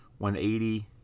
180